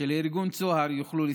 שארגון צהר יוכל לפעול.